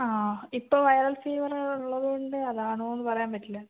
ആ ഇപ്പോൾ വൈറൽ ഫീവറുള്ളതുകൊണ്ട് അതാണോയെന്ന് പറയാൻ പറ്റില്ല